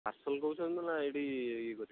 parcel କହୁଛନ୍ତି ତ ନା ଏଇଠି ଇଏ କରିବେ ଖାଇବେ